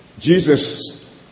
Jesus